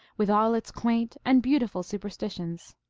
with all its quaint and beautiful superstitions.